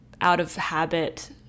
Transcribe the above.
out-of-habit